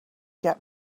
get